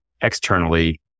externally